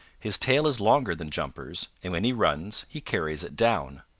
his tail is longer than jumper's, and when he runs he carries it down.